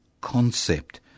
concept